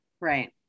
Right